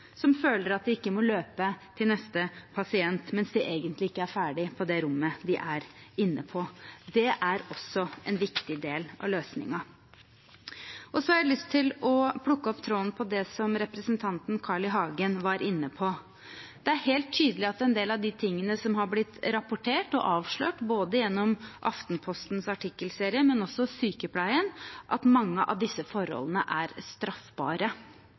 at de ikke må løpe til neste pasient mens de egentlig ikke er ferdig på det rommet de er inne på. Det er også en viktig del av løsningen. Så har jeg lyst til å plukke opp tråden i det som representanten Carl I. Hagen var inne på. Det er helt tydelig at en del av de tingene som har blitt rapportert og avslørt, gjennom både Aftenpostens artikkelserie og også Sykepleien, at mange av disse forholdene er straffbare.